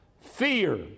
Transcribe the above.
fear